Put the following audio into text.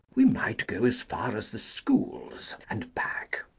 we might go as far as the schools and back.